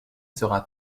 sera